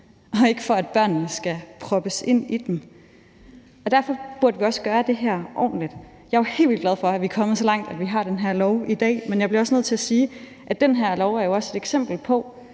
og ikke, for at børnene skal proppes ind i dem, og derfor burde vi også gøre det her ordentligt. Jeg er jo helt vildt glad for, at vi er kommet så langt, at vi har den her lov i dag, men jeg bliver jo også nødt til at sige, at den her lov også er et eksempel på,